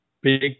big